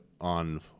on